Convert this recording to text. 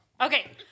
Okay